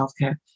healthcare